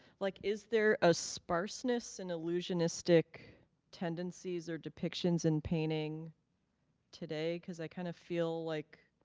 like is there a sparseness and illusionistic tendencies or depictions in painting today because i kind of feel like